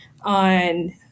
on